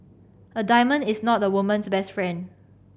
a diamond is not a woman's best friend